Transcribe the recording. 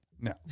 No